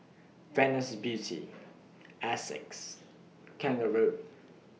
Venus Beauty Asics Kangaroo